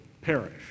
perish